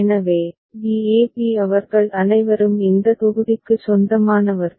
எனவே b a b அவர்கள் அனைவரும் இந்த தொகுதிக்கு சொந்தமானவர்கள்